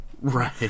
Right